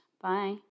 Bye